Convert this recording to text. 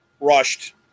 rushed